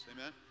Amen